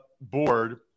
board